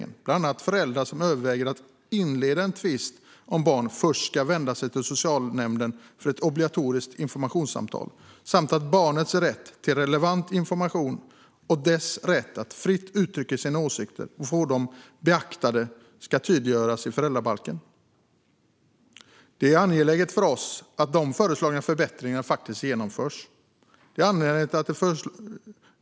Det gäller bland annat att föräldrar som överväger att inleda en tvist om barn först ska vända sig till socialnämnden för ett obligatoriskt informationssamtal samt att barnets rätt till relevant information och dess rätt att fritt uttrycka sina åsikter och få dem beaktade ska tydliggöras i föräldrabalken. Det är angeläget för oss att de föreslagna förbättringarna genomförs.